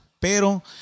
Pero